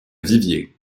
vivier